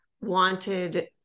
wanted